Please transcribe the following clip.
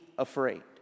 afraid